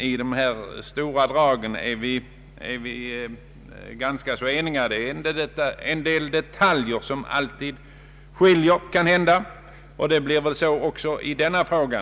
I de stora dragen är vi eniga. En del detaljer skiljer kanhända alltid, och det är väl så också i denna fråga.